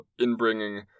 inbringing